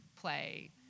play